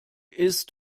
ist